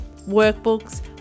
workbooks